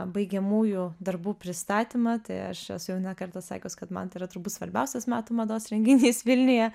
baigiamųjų darbų pristatymą tai aš esu jau ne kartą sakiu s kad man tai yra turbūt svarbiausias metų mados renginys vilniuje